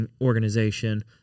organization